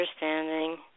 understanding